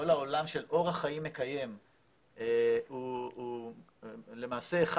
כל העולם של אורח חיים מקיים הוא למעשה אחד